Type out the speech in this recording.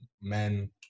men